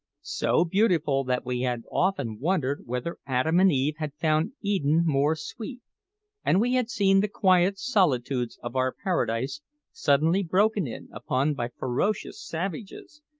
so beautiful that we had often wondered whether adam and eve had found eden more sweet and we had seen the quiet solitudes of our paradise suddenly broken in upon by ferocious savages,